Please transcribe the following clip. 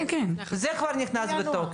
זה כבר נכנס לתוקף.